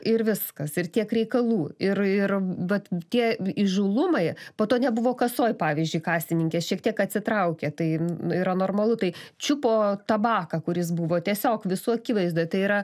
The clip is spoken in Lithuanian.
ir viskas ir tiek reikalų ir ir vat tie įžūlumai po to nebuvo kasoj pavyzdžiui kasininkės šiek tiek atsitraukė tai yra normalu tai čiupo tabaką kuris buvo tiesiog visų akivaizdoj tai yra